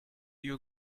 you